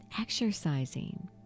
Exercising